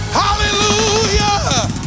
hallelujah